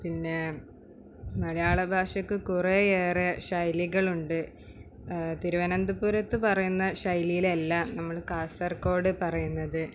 പിന്നെ മലയാള ഭാഷയ്ക്ക് കുറെയേറെ ശൈലികളുണ്ട് തിരുവനന്തപുരത്ത് പറയുന്ന ശൈലിയില്ലല്ല നമ്മൾ കാസർഗോഡ് പറയുന്നത്